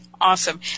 Awesome